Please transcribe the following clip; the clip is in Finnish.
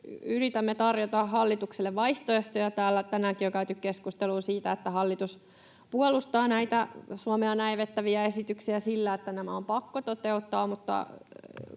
yritämme tarjota hallitukselle vaihtoehtoja. Täällä tänäänkin on käyty keskustelua siitä, että hallitus puolustaa näitä Suomea näivettäviä esityksiä sillä, että nämä on pakko toteuttaa.